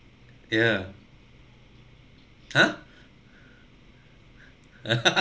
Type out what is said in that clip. yeah !huh!